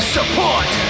Support